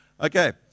Okay